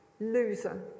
Loser